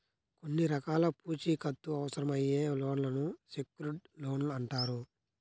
కొన్ని రకాల పూచీకత్తు అవసరమయ్యే లోన్లను సెక్యూర్డ్ లోన్లు అంటారు